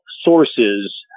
sources